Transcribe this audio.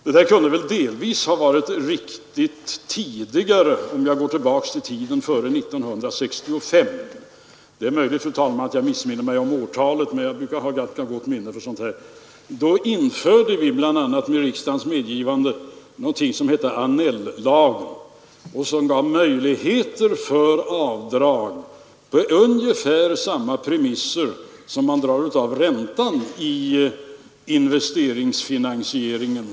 Detta kunde väl delvis ha varit Allmänna pensions riktigt om jag går tillbaka till tiden före 1965 — det är möjligt, fru fondens förvaltning, m.m. talman, att jag missminner mig i fråga om årtalet, men jag brukar ha ganska gott minne för sådant här. Då införde vi bl.a. med riksdagens medgivande någonting som kallas Annell-lagen och som gav möjligheter för avdrag på ungefär samma premisser som när man drar av räntan i investeringsfinansieringen.